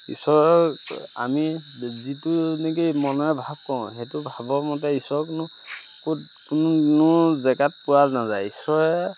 ঈশ্বৰক আমি যিটো নেকি মনেৰে ভাৱ কৰোঁ সেইটো ভাবৰ মতে ঈশ্বৰকনো ক'ত কোনো জেগাত পোৱা নাযায় ঈশ্বৰে